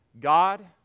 God